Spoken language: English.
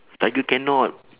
tiger cannot